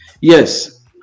yes